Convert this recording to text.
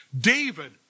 David